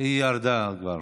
היא ירדה כבר.